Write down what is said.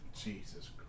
Jesus